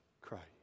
Christ